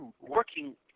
working